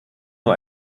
nur